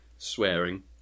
Swearing